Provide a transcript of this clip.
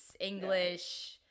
English